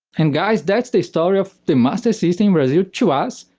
and guys, that's the story of the master system in brazil. to us,